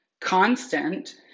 constant